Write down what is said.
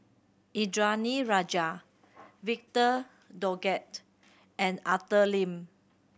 Indranee Rajah Victor Doggett and Arthur Lim